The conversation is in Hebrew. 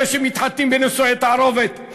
אלה שמתחתנים בנישואי תערובת,